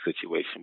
situation